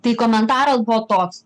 tai komentaras buvo toks